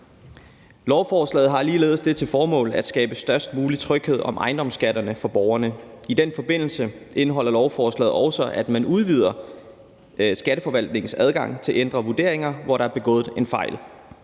Lovforslaget har ligeledes det til formål at skabe størst mulig tryghed om ejendomsskatterne for borgerne. I den forbindelse indeholder lovforslaget også, at man udvider Skatteforvaltningens adgang til at ændre vurderinger der, hvor der er begået en fejl.